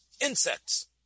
insects